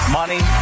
money